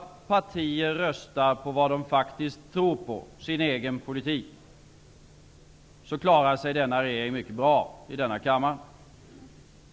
Om partier röstar på vad de faktiskt tror på, på sin egen politik, klarar sig vår regering mycket bra i denna kammare.